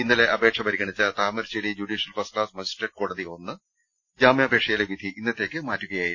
ഇന്നലെ അപേക്ഷ പരിഗണിച്ച Thamarassery judicial first class magistrate കോടതിഒന്ന് ജാമ്യാപ്പേക്ഷയിലെ വിധി ഇന്നത്തേക്ക് മാറ്റുകയായിരുന്നു